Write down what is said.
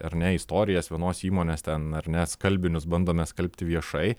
ar ne istorijas vienos įmonės ten ar ne skalbinius bandome skalbti viešai